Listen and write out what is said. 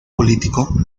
político